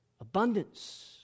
Abundance